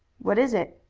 what is it?